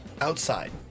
outside